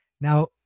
Now